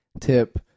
tip